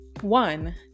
one